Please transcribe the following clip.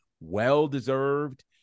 well-deserved